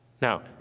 Now